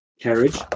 carriage